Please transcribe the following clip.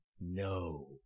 No